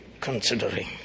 considering